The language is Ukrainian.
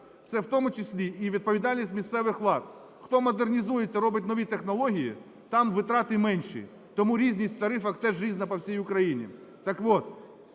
це в тому числі і відповідальність місцевих влад. Хто модернізує і робить нові технології, там витрати менші. Тому різність в тарифах теж різна по всій Україні.